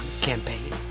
campaign